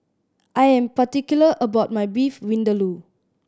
I am particular about my Beef Vindaloo